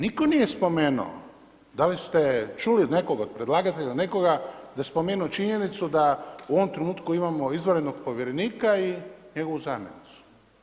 Niko nije spomenuo da li ste čuli nekoga od predlagatelja, nekoga da je spomenuo činjenicu da u ovom trenutku imamo izvanrednog povjerenika i njegovu zamjenicu?